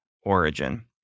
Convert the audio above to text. origin